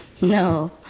No